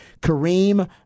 Kareem